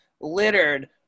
littered